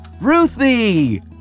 Ruthie